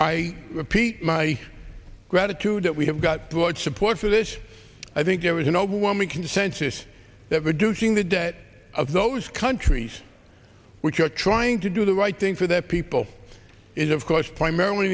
i repeat my gratitude that we have got the word support for this i think there is an overwhelming consensus that reducing the debt of those countries which are trying to do the right thing for their people is of course primarily